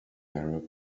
arab